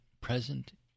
present